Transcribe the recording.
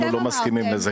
אנחנו לא מסכימים לזה